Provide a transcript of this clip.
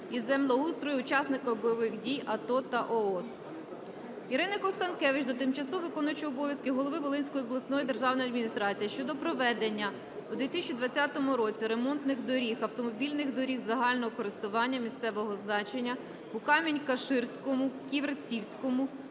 із землеустрою учасникам бойових дій -АТО та ООС. Ірини Констанкевич до тимчасово виконуючого обов'язки голови Волинської обласної державної адміністрації щодо проведення у 2020 році ремонтних робіт автомобільних доріг загального користування місцевого значення у Камінь-Каширському, Ківерцівському,